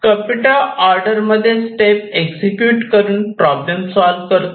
computer order मध्ये step execute करून problem solve करतो